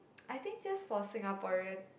I think just for Singaporean